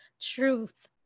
truth